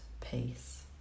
peace